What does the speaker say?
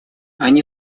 они